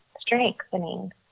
strengthening